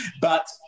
but-